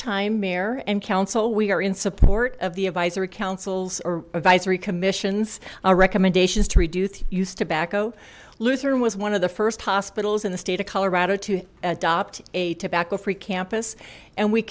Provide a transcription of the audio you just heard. time mayor and council we are in support of the advisory councils or visor ii commission's recommendations to reduce youth tobacco lutheran was one of the first hospitals in the state of colorado to adopt a tobacco free campus and we